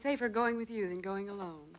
safer going with you and going alone